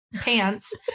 pants